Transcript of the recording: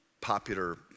popular